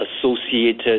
associated